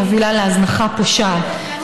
מובילה להזנחה פושעת,